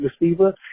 receiver